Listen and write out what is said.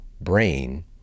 brain